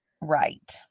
Right